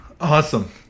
awesome